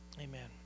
Amen